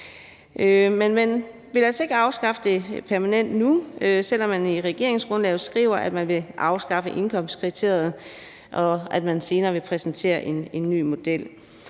Men man vil altså ikke afskaffe indkomstkriteriet permanent nu, selv om man i regeringsgrundlaget skriver, at man vil afskaffe det, og at man senere vil præsentere en ny model.